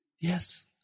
Yes